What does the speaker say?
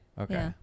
Okay